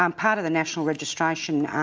um part of the national registration,